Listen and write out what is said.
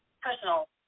personal